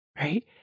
Right